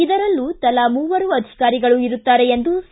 ಇದರಲ್ಲೂ ತಲಾ ಮೂವರು ಅಧಿಕಾರಿಗಳು ಇರುತ್ತಾರೆ ಎಂದು ಸಿ